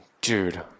dude